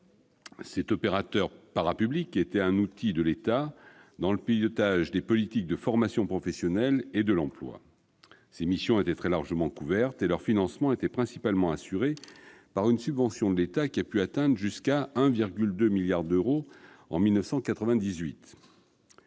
Cet opérateur parapublic était un outil de l'État dans le pilotage des politiques de formation professionnelle et de l'emploi. Ces missions étaient très largement couvertes et leur financement était principalement assuré par une subvention de l'État qui a pu atteindre 1,2 milliard d'euros en 1998.